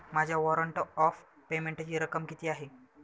माझ्या warrant of पेमेंटची रक्कम किती आहे?